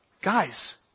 Guys